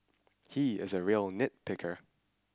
he is a real nitpicker